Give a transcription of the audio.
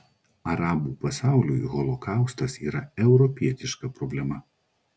arabų pasauliui holokaustas yra europietiška problema